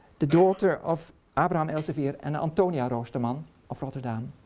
the daughter of abraham elsevier and antonia roosterman of rotterdam.